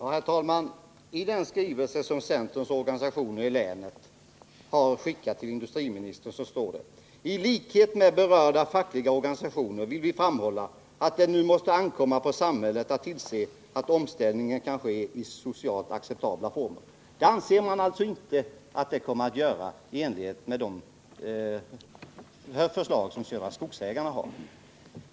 Herr talman! I den skrivelse som centerns orga sationer i länet har skickat till industriministern står det: ”Tlikhet med berörda fackorganisationer vill vi framhålla att det nu måste ankomma på samhället att tillse att omställningen kan ske i socialt acceptabla former.” Detta anser man alltså inte skulle bli fallet enligt de förslag som Södra Skogsägarna har lagt fram.